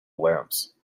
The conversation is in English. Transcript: lamps